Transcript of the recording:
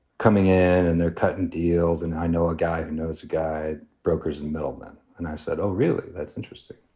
coming in and they're cutting deals, and i know a guy who knows a guy brokers and middlemen, and i said, oh, really? that's interesting.